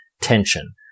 tension